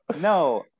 No